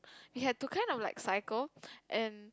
we had to kind of like cycle and